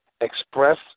express